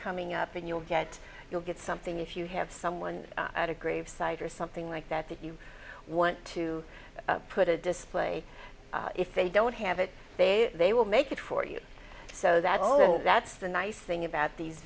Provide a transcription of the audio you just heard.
coming up and you'll get you'll get something if you have someone at a grave site or something like that that you want to put a display if they don't have it there they will make it for you so that although that's the nice thing about these